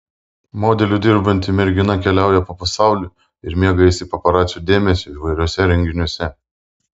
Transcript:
modeliu dirbanti mergina keliauja po pasaulį ir mėgaujasi paparacių dėmesiu įvairiuose renginiuose